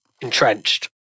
entrenched